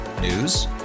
News